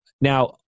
Now